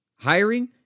Hiring